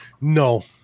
No